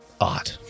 Odd